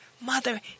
Mother